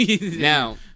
now